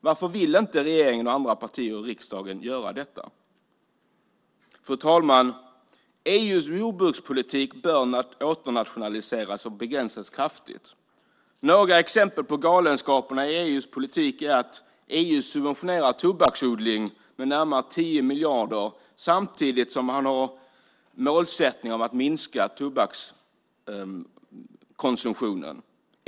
Varför vill inte regeringen och andra partier i riksdagen göra detta? Fru talman! EU:s jordbrukspolitik bör åternationaliseras och kraftigt begränsas. Några exempel på galenskaperna i EU:s politik är att EU subventionerar tobaksodling med närmare 10 miljarder samtidigt som man har en målsättning att minska tobakskonsumtionen.